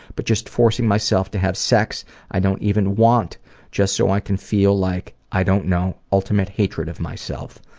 but just forcing myself to have sex i don't even want just so i could feel like, i don't know, ultimate hatred of myself.